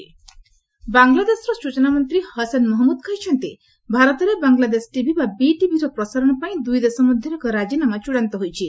BTV India ବାଂଲାଦେଶର ସ୍ଟଚନା ମନ୍ତ୍ରୀ ହସନ୍ ମହଜ୍ଗୁଦ୍ କହିଛନ୍ତି ଭାରତରେ ବାଂଲାଦେଶ ଟିଭି ବା ବିଟିଭିର ପ୍ରସାରଣ ପାଇଁ ଦୁଇ ଦେଶ ମଧ୍ୟରେ ଏକ ରାଜିନାମା ଚୃଡ଼ାନ୍ତ ହୋଇଛି